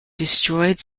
destroyed